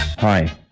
Hi